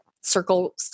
circle